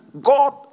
God